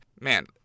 man